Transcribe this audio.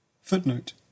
Footnote